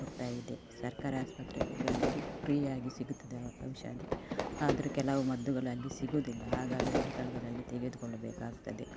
ಹೋಗ್ತಾಯಿದೆ ಸರ್ಕಾರಿ ಆಸ್ಪತ್ರೆಗಳಲ್ಲಿ ಫ್ರೀಯಾಗಿ ಸಿಗುತ್ತದೆ ಔಷಧಿ ಆದರೆ ಕೆಲವು ಮದ್ದುಗಳು ಅಲ್ಲಿ ಸಿಗುವುದಿಲ್ಲ ಹಾಗಾಗಿ ಮೆಡಿಕಲ್ಗಳಲ್ಲಿ ತೆಗೆದುಕೊಳ್ಳಬೇಕಾಗ್ತದೆ